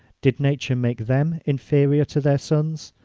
did nature make them inferior to their sons?